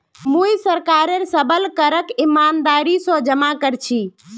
मुई सरकारेर सबल करक ईमानदारी स जमा कर छी